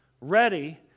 ready